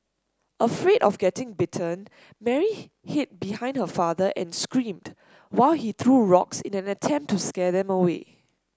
afraid of getting bitten Mary hid behind her father and screamed while he threw rocks in an attempt to scare them away